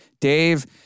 Dave